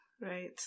right